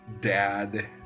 dad